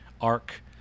arc